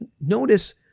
notice